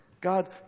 God